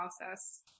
process